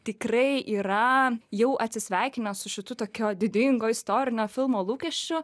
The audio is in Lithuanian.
tikrai yra jau atsisveikinęs su šitu tokio didingo istorinio filmo lūkesčiu